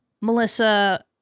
Melissa